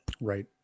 Right